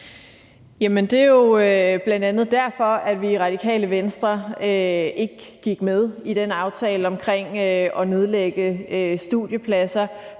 det er jo bl.a. derfor, at vi i Radikale Venstre ikke gik med i aftalen om at nedlægge studiepladser.